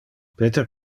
peter